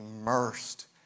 immersed